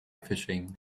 fishing